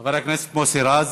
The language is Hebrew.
חבר הכנסת מוסי רז.